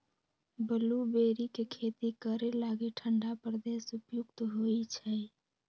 blueberry के खेती करे लागी ठण्डा प्रदेश उपयुक्त होइ छै